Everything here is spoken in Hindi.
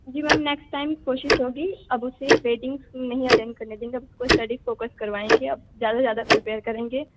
जी मैम नैक्स्ट टाइम कोशिश होगी अब उसे वेडिंगस नहीं अटेंड करने देंगे अब उसको स्टडीस् फोकस करवाएँगे अब ज़्यादा ज़्यादा प्रिपेयर करेंगे